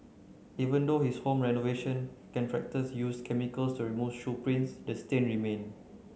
even though his home renovation contractors used chemicals to remove shoe prints the stain remained